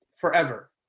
forever